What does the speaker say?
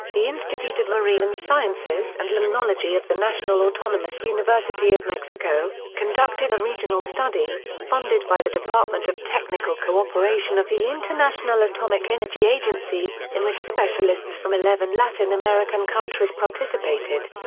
the institute of marine and sciences and limnology of the national autonomous university of mexico, conducted a regional study, funded by the department of technical cooperation of the international atomic energy agency, in which specialists from eleven latin american countries participated.